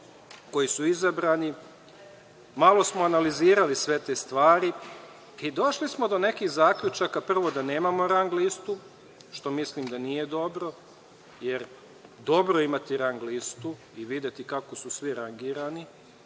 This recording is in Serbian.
koji su izabrani. Malo smo analizirali sve te stvari i došli smo do nekih zaključaka. Prvo, da nemamo rang listu, što mislim da nije dobro, jer dobro je imati rang listu i videti kako su svi rangirani,